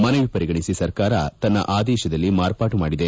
ಮನವಿ ಪರಿಗಣಿಸಿ ಸರ್ಕಾರ ತನ್ನ ಆದೇಶದಲ್ಲಿ ಮಾರ್ಪಾಟು ಮಾಡಿದೆ